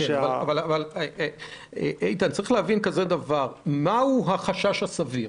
אבל, איתן, מה הוא החשש הסביר?